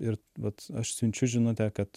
ir vat aš siunčiu žinutę kad